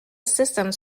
systems